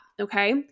okay